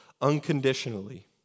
unconditionally